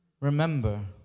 remember